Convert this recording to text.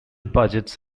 budgets